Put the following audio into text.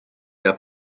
der